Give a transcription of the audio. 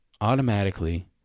automatically